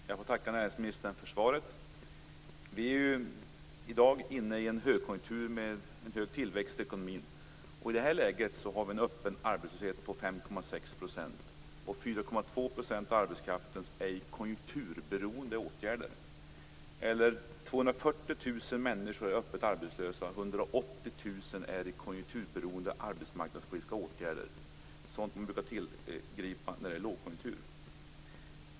Fru talman! Jag får tacka näringsministern för svaret. Vi är i dag inne i en högkonjunktur med hög tillväxt i ekonomin. I det läget har vi en öppen arbetslöshet på 5,6 %, och 4,2 % av arbetskraften är i konjunkturberoende åtgärder. Eller: 240 000 människor är öppet arbetslösa, och 180 000 är i konjunkturberoende arbetsmarknadspolitiska åtgärder - sådant man brukar tillgripa när det är lågkonjunktur.